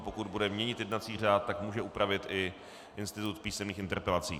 Pokud bude měnit jednací řád, tak může upravit i institut písemných interpelací.